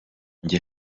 njye